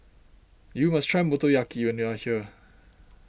you must try Motoyaki when you are here